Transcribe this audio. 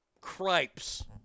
Cripes